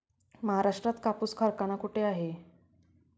महाराष्ट्रात कापूस कारखाना कुठे आहे?